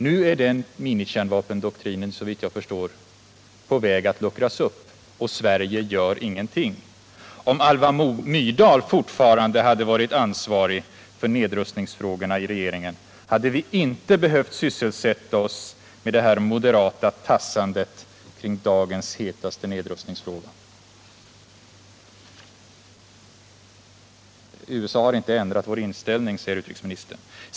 Nu är den minikärnvapendoktrinen såvitt jag förstår på väg att luckras upp, och Sverige gör ingenting. Om Alva Myrdal fortfarande hade varit ansvarig för nedrustningsfrågorna hade vi inte behövt sysselsätta oss med det här moderata tassandet kring dagens hetaste nedrustningsfråga. USA har inte ändrat vår inställning, säger utrikesministern.